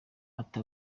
ati